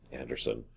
Anderson